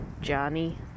Johnny